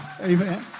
Amen